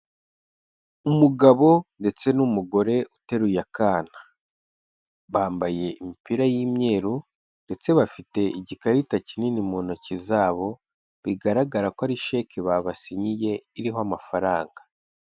Umugabo ndetse n'umugore uteruye akana, bambaye imipira y'imyeru ndetse bafite igikarita kinini mu ntoki zabo, bigaragara ko ari sheki babasinyiye, iriho amafaranga.